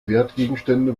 wertgegenstände